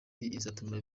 izatuma